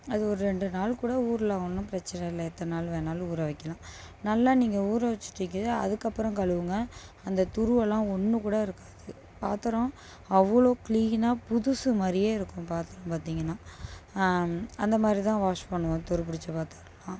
அது ஒரு ரெண்டு நாள் கூட ஊறலாம் ஒன்றும் பிரச்சனை இல்லை எத்தனை நாள் வேணாலும் ஊற வக்கலாம் நல்லா நீங்கள் ஊற வச்சிட்டிக்கவே அதுக்கப்புறம் கழுவுங்க அந்த துருவெல்லாம் ஒன்றும் கூட இருக்காது பாத்திரம் அவ்வளோ க்ளீனாக புதுசு மாதிரியே இருக்கும் பாத்திரம் பார்த்தீங்கனா அந்தமாதிரி தான் வாஷ் பண்ணுவோம் துரு புடித்த பாத்திரம்லாம்